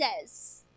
says